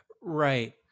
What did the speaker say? Right